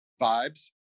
vibes